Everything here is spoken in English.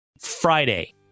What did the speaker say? Friday